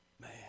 man